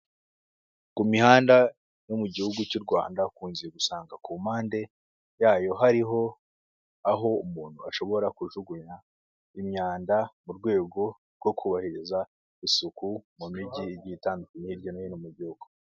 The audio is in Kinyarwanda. Ku mihanda yo mu gihugu cy'u Rwanda ukunze gusanga ku mpande yayo hariho aho umuntu ashobora kujugunya imyanda mu rwego rwo kubahiriza isuku mu mijyi igiye itandukanye hirya no hino mu gihugu.